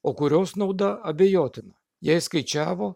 o kurios nauda abejotina jei skaičiavo